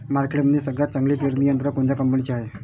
मार्केटमंदी सगळ्यात चांगलं पेरणी यंत्र कोनत्या कंपनीचं हाये?